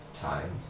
time